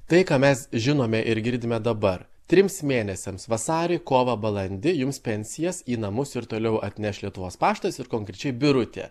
tai ką mes žinome ir girdime dabar trims mėnesiams vasarį kovą balandį jums pensijas į namus ir toliau atneš lietuvos paštas ir konkrečiai birutė